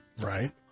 Right